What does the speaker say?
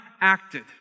acted